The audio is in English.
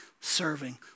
serving